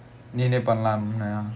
நீனே பண்லாம்னா:neenae panlamnaa